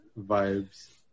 vibes